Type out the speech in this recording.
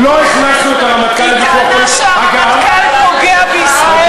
היא טענה שהרמטכ"ל פוגע בישראל